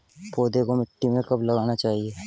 पौधे को मिट्टी में कब लगाना चाहिए?